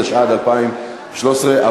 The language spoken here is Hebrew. התשע"ד 2013,